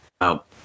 out